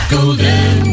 Golden